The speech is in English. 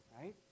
right